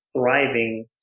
thriving